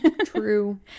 true